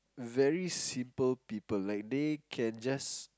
very simple people like they can just